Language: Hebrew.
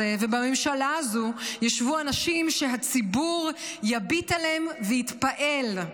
ובממשלה הזאת ישבו אנשים שהציבור יביט אליהם ויתפעל,